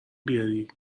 بیاری